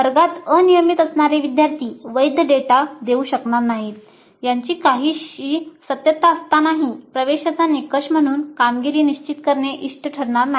वर्गात अनियमित असणारे विद्यार्थी वैध डेटा देऊ शकणार नाहीत याची काहीशी सत्यता असतानाही प्रवेशाचा निकष म्हणून कामगिरी निश्चित करणे इष्ट ठरणार नाही